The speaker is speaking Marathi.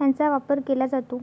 यांचा वापर केला जातो